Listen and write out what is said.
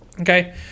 Okay